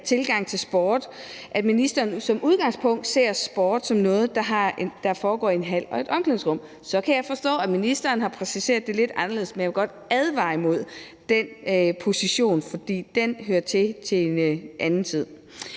tilgang til sporten, og at ministeren som udgangspunkt ser sport som noget, der foregår i en hal og et omklædningsrum. Så kan jeg forstå, at ministeren har præciseret det lidt, og at det er lidt anderledes, men jeg vil godt advare imod den position, for den hører til i en anden tid.